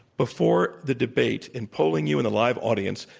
before the debate, in polling you in the live audience,